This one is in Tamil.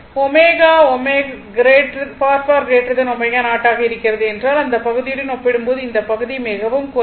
ω ω0 ஆக இருக்கிறது என்றால் அந்த பகுதியுடன் ஒப்பிடும்போது இந்த பகுதி மிகக் குறைவு